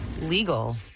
Legal